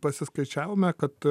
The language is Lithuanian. pasiskaičiavome kad